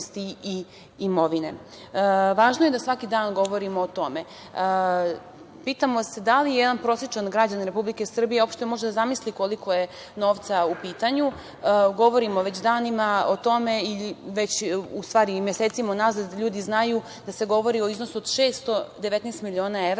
Važno je da svaki dan govorimo o tome. Pitamo se da li jedan prosečan građanin Republike Srbije uopšte može da zamisli koliko je novca u pitanju? Već danima i mesecima unazad govorimo o tome, ljudi znaju da se govori o iznosu od 619 miliona evra.